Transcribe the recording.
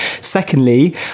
Secondly